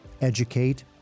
educate